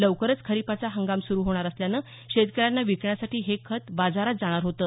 लवकरच खरिपाचा हंगाम सुरू होणार असल्यानं शेतकऱ्यांना विकण्यासाठी हे खत बाजारात जाणार होतं